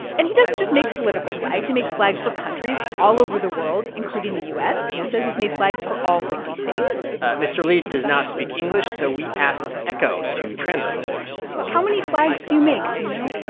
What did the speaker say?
and he doesn't just make political flags. he makes flags for countries all over the world, including the u s. he says he's made flags for all fifty states mr. li does not speak english, so we asked echo to translate for us how many flags do you make? do you know?